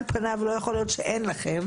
על פניו ולא יכול להיות שאין לכם,